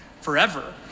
forever